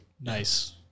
nice